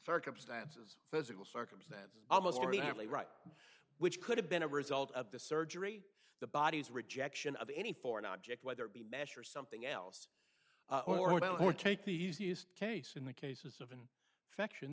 circumstances physical circumstances almost immediately right which could have been a result of the surgery the body's rejection of any foreign object whether it be measure something else or not or take the easiest case in the case of an affection